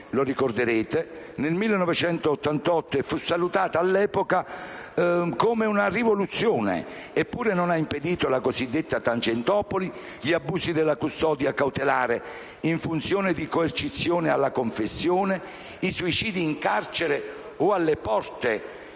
lo ricorderete - e fu salutato, all'epoca, come una rivoluzione, eppure non ha impedito la cosiddetta Tangentopoli, gli abusi della custodia cautelare in funzione di coercizione alla confessione, i suicidi in carcere o alle porte